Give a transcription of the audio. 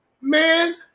Man